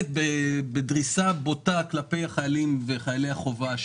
בדריסה בוטה כלפי חיילי החובה,